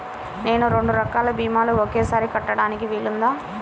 నేను రెండు రకాల భీమాలు ఒకేసారి కట్టడానికి వీలుందా?